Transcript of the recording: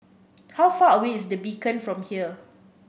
how far away is The Beacon from here